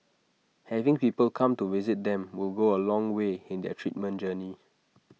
having people come to visit them will go A long way in their treatment journey